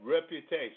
reputation